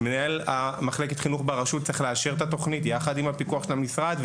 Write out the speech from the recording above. מנהל מחלקת החינוך ברשות צריך לאשר את התוכנית יחד עם הפיקוח של המשרד,